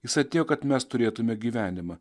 jis atėjo kad mes turėtume gyvenimą